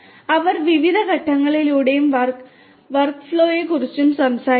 അവർ വിവിധ ഘട്ടങ്ങളിലുള്ള വർക്ക്ഫ്ലോയെക്കുറിച്ച് സംസാരിക്കുന്നു